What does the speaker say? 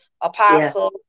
Apostle